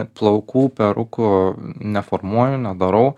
plaukų perukų neformuoju nedarau